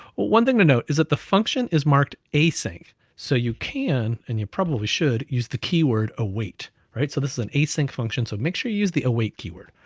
one thing to note is that the function is marked async. so you can, and you probably should use the keyword await, right? so this is an async function. so make sure you use the await keyword.